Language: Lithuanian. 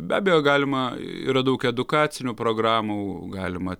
be abejo galima yra daug edukacinių programų galima